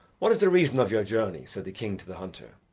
what is the reason of your journey? said the king to the hunter.